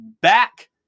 back